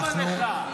למה לך?